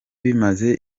bimaze